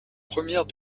première